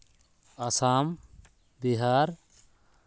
Assam Bihar